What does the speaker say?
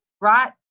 right